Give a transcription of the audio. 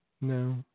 no